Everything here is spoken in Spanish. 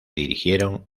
dirigieron